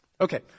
Okay